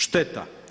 Šteta.